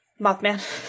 Mothman